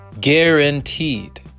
guaranteed